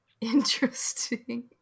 interesting